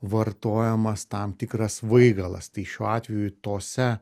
vartojamas tam tikras svaigalas tai šiuo atveju tose